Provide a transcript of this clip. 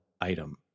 item